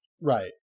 right